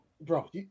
bro